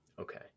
Okay